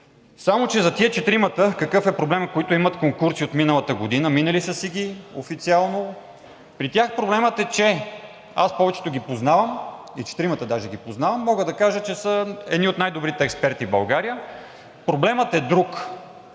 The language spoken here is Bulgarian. Само че за тези четиримата, които имат конкурси от миналата година – минали са си ги официално, какъв е проблемът? При тях проблемът е, че – аз повечето ги познавам, четиримата даже познавам, мога да кажа, че са едни от най-добрите експерти в България. Проблемът е друг